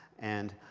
and